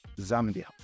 Zambia